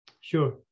sure